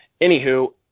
Anywho